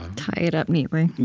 um tie it up neatly,